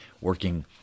working